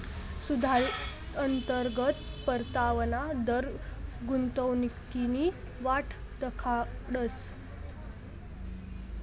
सुधारित अंतर्गत परतावाना दर गुंतवणूकनी वाट दखाडस